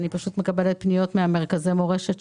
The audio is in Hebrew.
אני מקבלת פניות ממרכזי המורשת,